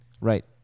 right